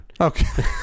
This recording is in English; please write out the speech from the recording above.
Okay